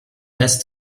has